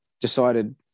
decided